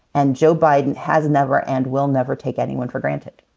and joe biden has never and will never take anyone for granted.